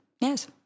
yes